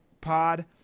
pod